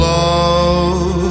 love